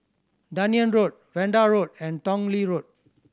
Dunearn Road Vanda Road and Tong Lee Road